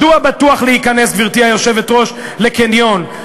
מדוע בטוח להיכנס, גברתי היושבת-ראש, לקניון?